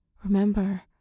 Remember